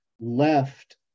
left